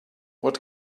what